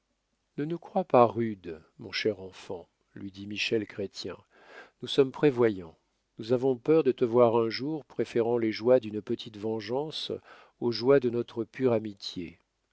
ne nous crois pas rudes mon cher enfant lui dit michel chrestien nous sommes prévoyants nous avons peur de te voir un jour préférant les joies d'une petite vengeance aux joies de notre pure amitié